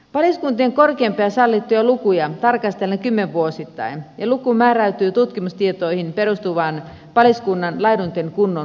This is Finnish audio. paliskuntien korkeimpia sallittuja lukuja tarkastellaan kymmenvuosittain ja luku määräytyy tutkimustietoihin perustuen paliskunnan laidunten kunnon mukaan